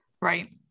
Right